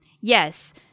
Yes